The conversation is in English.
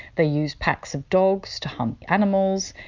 they use packs of dogs to hunt animals,